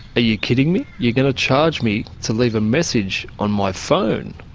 you kidding me? you're going to charge me to leave a message on my phone?